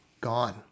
gone